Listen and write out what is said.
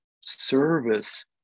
service